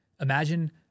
imagine